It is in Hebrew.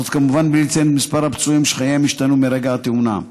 וזאת כמובן בלי לציין את מספר הפצועים שחייהם השתנו מרגע התאונה.